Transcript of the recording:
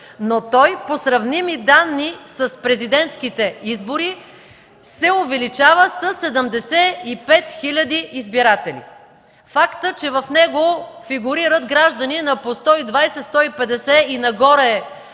но той по сравними данни с президентските избори се увеличава със 75 хиляди избиратели. Фактът, че в него фигурират граждани на по 120, по 150 и нагоре